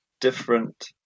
different